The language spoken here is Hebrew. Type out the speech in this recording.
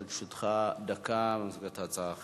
לרשותך דקה, במסגרת הצעה אחרת.